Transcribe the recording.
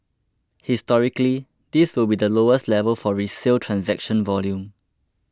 historically this will be lowest level for resale transaction volume